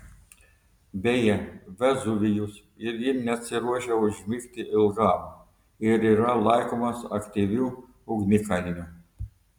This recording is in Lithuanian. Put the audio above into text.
beje vezuvijus irgi nesiruošia užmigti ilgam ir yra laikomas aktyviu ugnikalniu